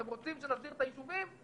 אתם רוצים שנסדיר את היישובים,